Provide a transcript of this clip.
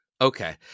Okay